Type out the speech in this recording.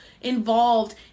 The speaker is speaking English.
involved